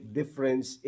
difference